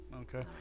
okay